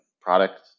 product